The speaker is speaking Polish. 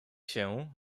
się